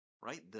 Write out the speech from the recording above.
right